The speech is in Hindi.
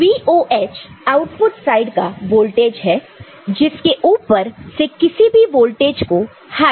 तो VOH आउटपुट साइड का वोल्टेज है जिसके ऊपर के किसी भी वोल्टेज को हाई माना जाता है